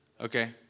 okay